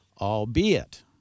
Albeit